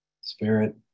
Spirit